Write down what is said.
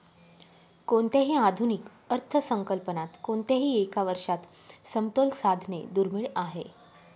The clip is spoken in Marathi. कोणत्याही आधुनिक अर्थसंकल्पात कोणत्याही एका वर्षात समतोल साधणे दुर्मिळ आहे